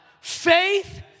Faith